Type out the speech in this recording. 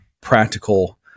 practical